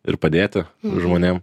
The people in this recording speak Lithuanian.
ir padėti žmonėm